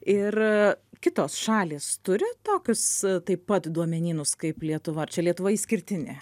ir kitos šalys turi tokius taip pat duomenynus kaip lietuva ar čia lietuva išskirtinė